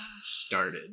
started